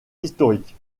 historique